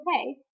okay